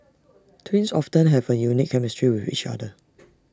twins often have A unique chemistry with each other